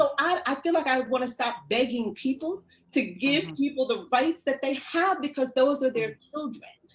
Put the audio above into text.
um i feel like i want to stop begging people to give people the rights that they have, because those are their children.